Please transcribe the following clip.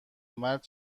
مرد